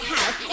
House